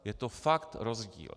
Je to fakt rozdíl.